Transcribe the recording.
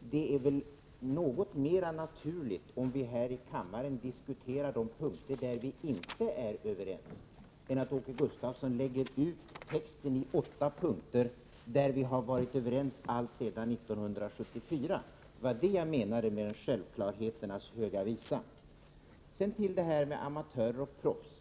det väl är något mer naturligt om vi här i kammaren diskuterar de punkter som vi inte är överens om än att Åke Gustavsson lägger ut texten i åtta punkter där vi har varit överens sedan 1974! Det var det jag menade när jag sade att hans anförande var en självklarheternas höga visa. Sedan till det här med amatörer och proffs.